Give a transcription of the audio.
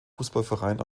fußballverein